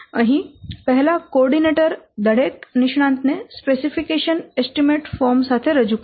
અહીં પહેલા કોઓર્ડિનેટર દરેક નિષ્ણાંત ને સ્પેસીફિકેશન એસ્ટીમેટ ફોર્મ સાથે રજૂ કરે છે